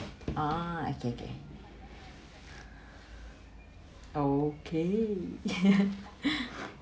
ah okay okay okay